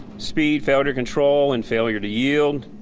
speed, failure to control and failure to yield.